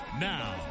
Now